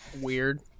Weird